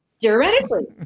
Theoretically